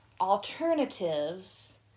alternatives